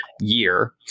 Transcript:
year